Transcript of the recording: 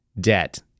debt